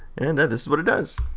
and, this is what it does.